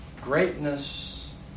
greatness